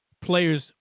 players